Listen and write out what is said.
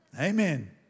Amen